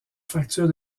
fracture